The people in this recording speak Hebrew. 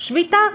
שביתה.